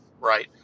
right